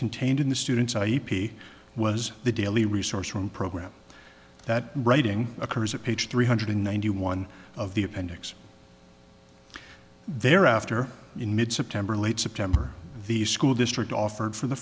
contained in the student's i e p was the daily resource room program that writing occurs at page three hundred ninety one of the appendix thereafter in mid september late september the school district offered for the